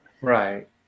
Right